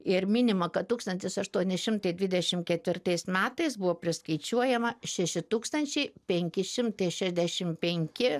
ir minima kad tūkstantis aštuoni šimtai dvidešim ketvirtais metais buvo priskaičiuojama šeši tūkstančiai penki šimtai šešiasdešim penki